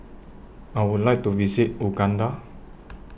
I Would like to visit Uganda